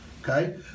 okay